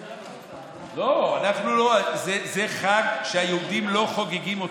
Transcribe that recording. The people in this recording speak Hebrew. לא, זה חג שהיהודים לא חוגגים אותו,